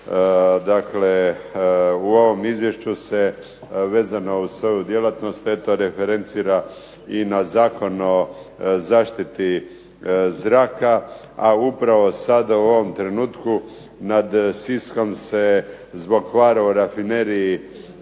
u RH. U ovom izvješću se vezano za svoju djelatnost eto referencira i na Zakon o zaštiti zraka. A upravo sada u ovom trenutku nad Siskom se zbog kvara u rafineriji